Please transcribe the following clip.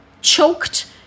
choked